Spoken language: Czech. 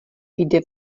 jde